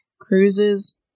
Cruises